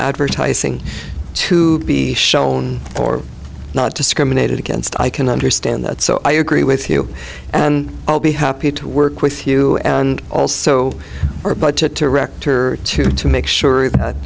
advertising to be shown or not discriminated against i can understand that so i agree with you and i'll be happy to work with you and also our budget director to to make sure that